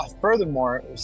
furthermore